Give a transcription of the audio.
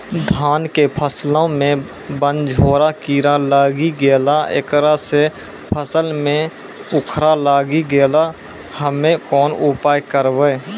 धान के फसलो मे बनझोरा कीड़ा लागी गैलै ऐकरा से फसल मे उखरा लागी गैलै हम्मे कोन उपाय करबै?